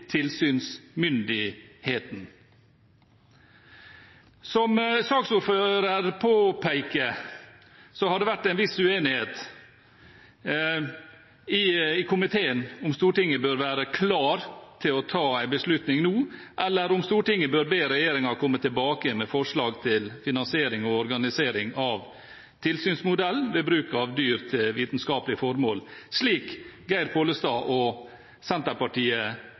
tilsynsmyndigheten. Som saksordføreren påpeker, har det vært en viss uenighet i komiteen om Stortinget bør være klar til å ta en beslutning nå, eller om Stortinget bør be regjeringen komme tilbake med forslag til finansiering og organisering av tilsynsmodellen ved bruk av dyr til vitenskapelige formål, slik Geir Pollestad og Senterpartiet